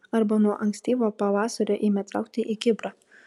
arba nuo ankstyvo pavasario ėmė traukti į kiprą